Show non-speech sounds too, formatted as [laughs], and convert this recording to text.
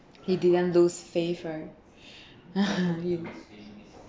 he didn't lose faith right [laughs] you